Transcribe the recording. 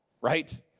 right